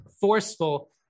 forceful